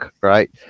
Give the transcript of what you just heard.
right